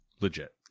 legit